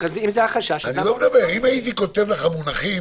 אם הייתי כותב במונחים